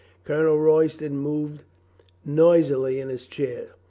colonel royston moved nois ily in his chair.